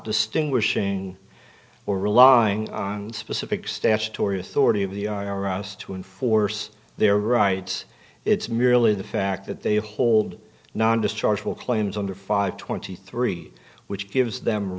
distinguishing or relying on specific statutory authority of the r us to enforce their rights it's merely the fact that they hold non dischargeable claims under five twenty three which gives them